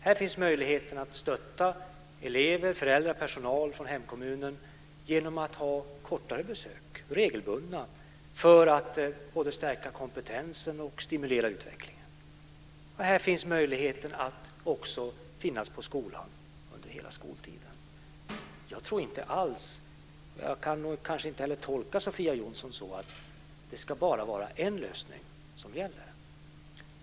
Här finns det möjlighet att stötta elever, föräldrar och personal från hemkommunen genom att ha kortare besök regelbundet för att både stärka kompetensen och stimulera utvecklingen. Här finns också möjligheten att finnas på skolan under hela skoltiden. Jag tror inte alls - och tolkar nog inte heller Sofia Jonsson så - att det bara ska vara en lösning som gäller.